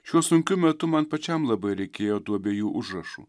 šiuo sunkiu metu man pačiam labai reikėjo tų abiejų užrašų